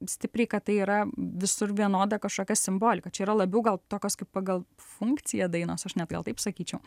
stipriai kad tai yra visur vienoda kažkokia simbolika čia yra labiau gal tokios kaip pagal funkciją dainos aš net gal taip sakyčiau